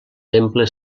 temple